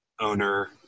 owner